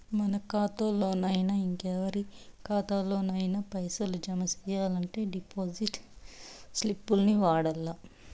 మన కాతాల్లోనయినా, ఇంకెవరి కాతాల్లోనయినా పైసలు జమ సెయ్యాలంటే డిపాజిట్ స్లిప్పుల్ని వాడల్ల